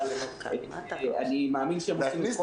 אבל אני מאמין שהם עושים את